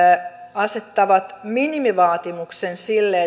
asettavat minimivaatimuksen sille